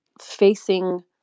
facing